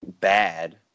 bad